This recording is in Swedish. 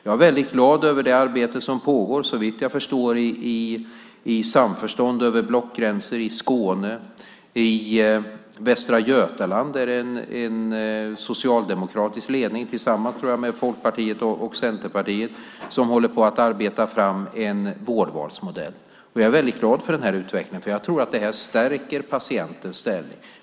Jag är väldigt glad över det arbete som pågår, såvitt jag förstår i samförstånd över blockgränser bland annat i Skåne. I Västra Götaland är det en socialdemokratisk ledning som, tror jag, tillsammans med Folkpartiet och Centerpartiet håller på att arbeta fram en vårdvalsmodell. Jag är väldigt glad över den här utvecklingen, för jag tror att detta stärker patientens ställning.